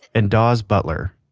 and daws butler,